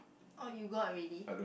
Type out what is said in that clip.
orh you got already